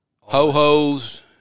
ho-hos